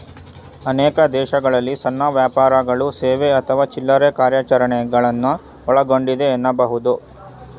ಅನೇಕ ದೇಶಗಳಲ್ಲಿ ಸಣ್ಣ ವ್ಯಾಪಾರಗಳು ಸೇವೆ ಅಥವಾ ಚಿಲ್ರೆ ಕಾರ್ಯಾಚರಣೆಗಳನ್ನ ಒಳಗೊಂಡಿದೆ ಎನ್ನಬಹುದು